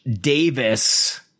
Davis